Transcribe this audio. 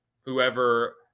whoever